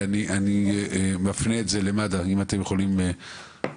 אני מפנה את זה למד"א אם אתם יכולים, רונן,